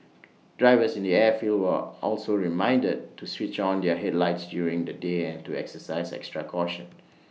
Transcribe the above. drivers in the airfields were also reminded to switch on their headlights during the day and to exercise extra caution